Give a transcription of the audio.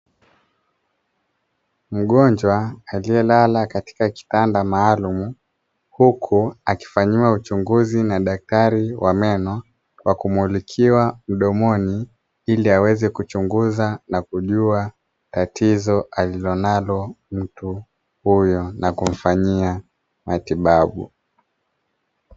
Mgonjwa aliyelala katika kitanda maalumu, huku akifanyiwa uchunguzi na daktari wa meno kwa kumulikiwa mdomoni, ili aweze kuchunguza na kujua tatizo alilonalo mtu huyo na kumfanyia matibabu.